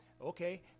okay